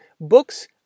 books